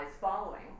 following